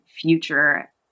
future